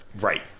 right